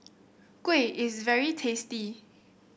kuih is very tasty